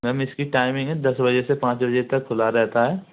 ma'am इसकी timing है दस बजे से पाँच बजे तक खुला रहता है